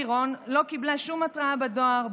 לירון לא קיבלה שום התראה בדואר,